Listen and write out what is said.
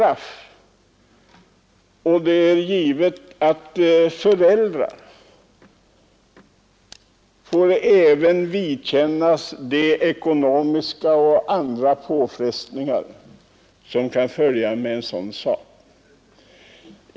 Och det är givet att även föräldrarna får vidkännas ekonomiska och andra påfrestningar som en följd härav.